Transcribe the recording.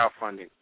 crowdfunding